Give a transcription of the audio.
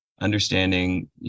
understanding